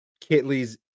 Kitley's